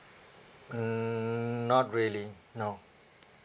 mm not really no